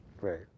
Right